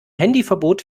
handyverbot